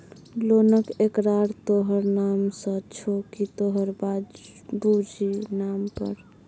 लोनक एकरार तोहर नाम सँ छौ की तोहर बाबुजीक नाम पर